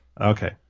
Okay